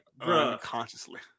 unconsciously